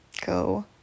go